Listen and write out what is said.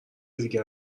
دیگه